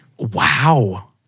Wow